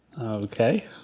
Okay